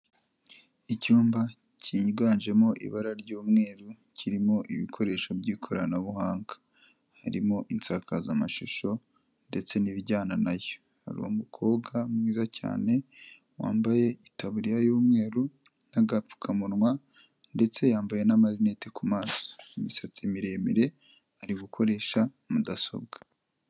Icyumba cyiganjemo ibara ry'umweru kirimo ibikoresho by'ikoranabuhanga. Harimo insakazamashusho ndetse n'ibijyana na yo. Hari umukobwa mwiza cyane wambaye itaburiya y'umweru n'agapfukamunwa, ndetse yambaye n'amarinete ku maso. Imisatsi miremire, ari gukoresha mudasobwa.